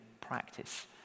practice